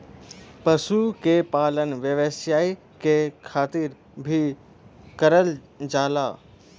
पशु के पालन व्यवसाय के खातिर भी करल जाला